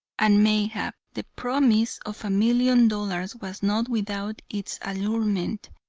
and mayhap, the promise of a million dollars was not without its allurement.